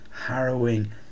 harrowing